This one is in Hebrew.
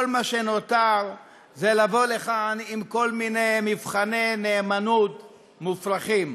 כל מה שנותר זה לבוא לכאן עם כל מיני מבחני נאמנות מופרכים.